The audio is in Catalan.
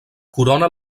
corona